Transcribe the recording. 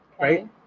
Right